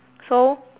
so